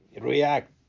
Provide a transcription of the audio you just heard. react